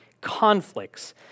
conflicts